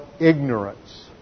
ignorance